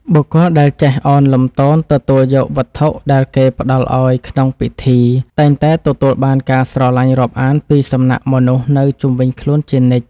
បុគ្គលដែលចេះឱនលំទោនទទួលយកវត្ថុដែលគេផ្តល់ឱ្យក្នុងពិធី តែងតែទទួលបានការស្រឡាញ់រាប់អានពីសំណាក់មនុស្សនៅជុំវិញខ្លួនជានិច្ច។